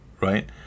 right